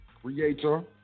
creator